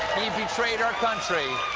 he betrayed our country.